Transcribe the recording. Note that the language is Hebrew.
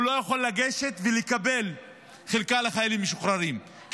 הוא לא יכול לגשת ולקבל חלקה לחיילים משוחררים,